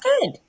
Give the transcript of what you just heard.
good